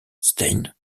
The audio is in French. stein